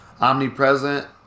Omnipresent